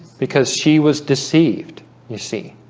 because she was deceived you see